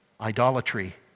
Idolatry